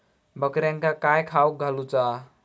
बकऱ्यांका काय खावक घालूचा?